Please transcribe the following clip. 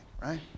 right